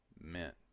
meant